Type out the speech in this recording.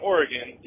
Oregon